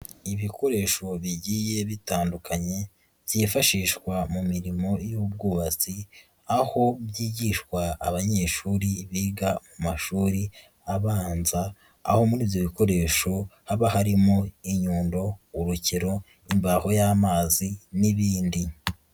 Ibikoresho bigiye bitandukanye, byifashishwa mu mirimo y'ubwubatsi, aho byigishwa abanyeshuri biga mu mashuri abanza, aho muri ibyo bikoresho, haba harimo inyundo, urukero, imbaho y'amazi n'ibindi.